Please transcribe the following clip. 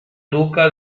duca